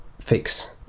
fix